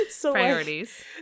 Priorities